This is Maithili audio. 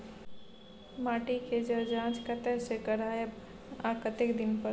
माटी के ज जॉंच कतय से करायब आ कतेक दिन पर?